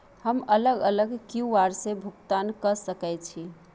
हम अलग अलग क्यू.आर से भुगतान कय सके छि?